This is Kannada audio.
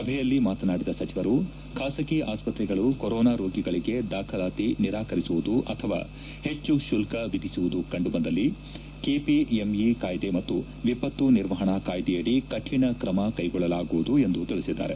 ಸಭೆಯಲ್ಲಿ ಮಾತನಾಡಿದ ಸಚಿವರು ಖಾಸಗಿ ಆಸ್ಪತ್ರೆಗಳು ಕೊರೋನಾ ರೋಗಿಗಳಿಗೆ ದಾಖಲಾತಿ ನಿರಾಕರಿಸುವುದು ಅಥವಾ ಹೆಚ್ಚು ಶುಲ್ಲ ವಿಧಿಸುವುದು ಕಂಡುಬಂದಲ್ಲಿ ಕೆಪಿಎಂಇ ಕಾಯ್ಲೆ ಮತ್ತು ವಿಪತ್ತು ನಿರ್ವಹಣಾ ಕಾಯ್ದೆಯಡಿ ಕಠಿಣ ಕ್ಷೆಗೊಳ್ಳಲಾಗುವುದು ಎಂದು ತಿಳಿಸಿದ್ದಾರೆ